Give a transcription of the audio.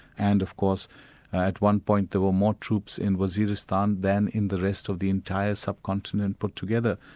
and of course at one point there were more troops in waziristan than in the rest of the entire subcontinent put together,